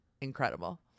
incredible